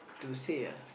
to say ah